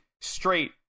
straight